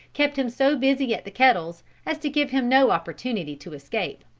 kept him so busy at the kettles as to give him no opportunity to escape.